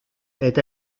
est